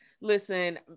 listen